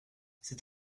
c’est